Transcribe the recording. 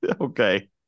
okay